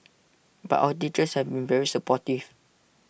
but our teachers have been very supportive